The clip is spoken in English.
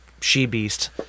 she-beast